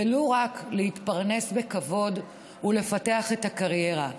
ולו רק להתפרנס בכבוד ולפתח את הקריירה.